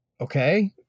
okay